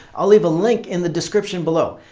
i'll leave a link in the description below.